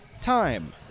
Time